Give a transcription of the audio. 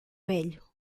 velho